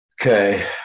Okay